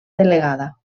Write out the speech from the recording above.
delegada